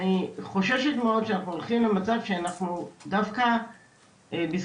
אני חוששת מאוד שאנחנו הולכים למצב שאנחנו דווקא בזכות